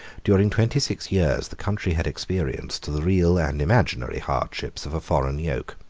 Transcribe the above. during twenty-six years, the country had experienced the real and imaginary hardships of a foreign yoke.